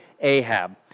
Ahab